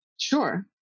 sure